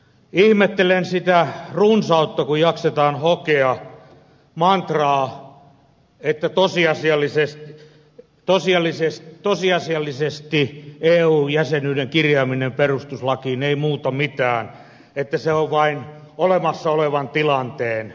ihmettelen sitä runsautta kun jaksetaan hokea mantraa että tosiasiallisesti eu jäsenyyden kirjaaminen perustuslakiin ei muuta mitään että se on vain olemassa olevan tilanteen toteamista